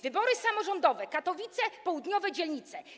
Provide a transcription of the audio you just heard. Wybory samorządowe, Katowice, południowe dzielnice.